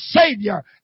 Savior